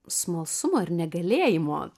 smalsumo ir negalėjimo